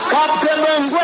Captain